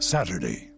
Saturday